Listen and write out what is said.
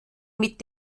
mit